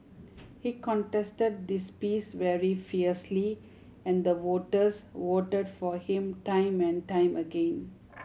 he contested this piece very fiercely and the voters voted for him time and time again